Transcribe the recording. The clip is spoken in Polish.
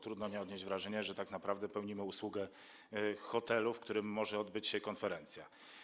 Trudno nie odnieść wrażenia, że tak naprawdę pełnimy funkcję hotelu, w którym może odbyć się konferencja.